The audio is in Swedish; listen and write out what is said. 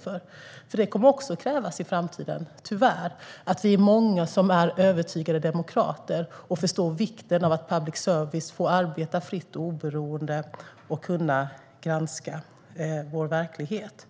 För det kommer i framtiden tyvärr också att krävas att vi är många som är övertygade demokrater och förstår vikten av att public service får arbeta fritt och oberoende och kan granska vår verklighet.